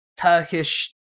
Turkish